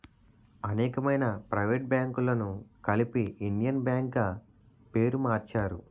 అనేకమైన ప్రైవేట్ బ్యాంకులను కలిపి ఇండియన్ బ్యాంక్ గా పేరు మార్చారు